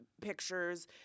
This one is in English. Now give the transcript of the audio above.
pictures